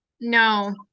No